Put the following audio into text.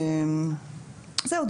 זהו,